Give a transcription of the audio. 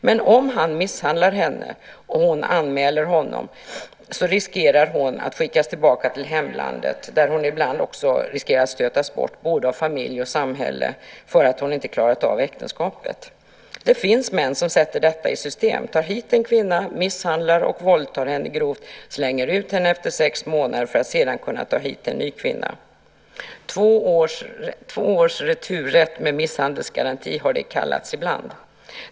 Men om han misshandlar henne och hon anmäler honom så riskerar hon att skickas tillbaka till hemlandet, där hon ibland också riskerar att stötas bort av både familj och samhälle för att hon inte klarat av äktenskapet. Det finns män som sätter detta i system. De tar hit en kvinna, misshandlar och våldtar henne grovt och slänger ut henne efter sex månader för att sedan kunna ta hit en ny kvinna. Två års returrätt med misshandelsgaranti har det kallats ibland.